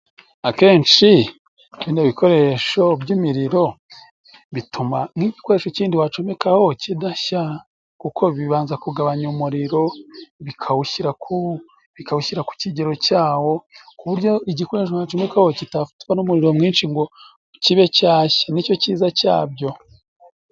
Akenshi bino bikoresho by'imiriro bituma nk'igikoresho kindi wacomekaho kidashya kuko bibanza kugabanya umuriro bikawushyira ku bikawushyira ku kigero cyawo ku buryo igikoresho wacomekaho kitafatwa n'umuriro mwinshi ngo kibe cyashya ni cyo cyiza cyabyo.